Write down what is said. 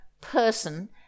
person